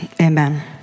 amen